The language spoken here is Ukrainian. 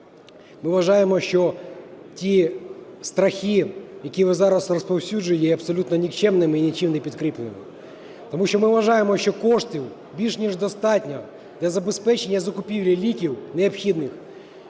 Ми вважаємо, що ті страхи, які ви зараз розповсюджуєте, є абсолютно нікчемними і нічим не підкріплені. Тому що ми вважаємо, що коштів більш ніж достатньо для забезпечення закупівлі ліків необхідних.